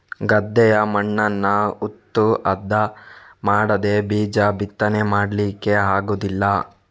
ಗದ್ದೆಯ ಮಣ್ಣನ್ನ ಉತ್ತು ಹದ ಮಾಡದೇ ಬೀಜ ಬಿತ್ತನೆ ಮಾಡ್ಲಿಕ್ಕೆ ಆಗುದಿಲ್ಲ